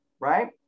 right